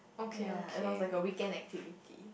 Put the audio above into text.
ya it was like a weekend activity